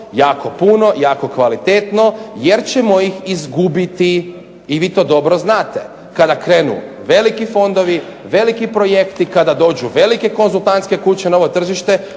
jako puno, jako kvalitetno jer ćemo ih izgubiti i vi to dobro znate. Kada krenu veliki fondovi, veliki projekti, kada dođu velike konzultantske kuće na ovo tržište